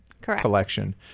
collection